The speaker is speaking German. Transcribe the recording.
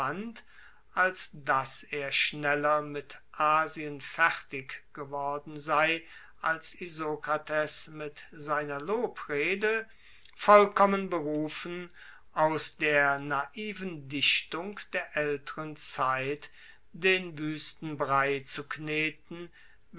als dass er schneller mit asien fertig geworden sei als isokrates mit seiner lobrede vollkommen berufen aus der naiven dichtung der aelteren zeit den wuesten brei zu kneten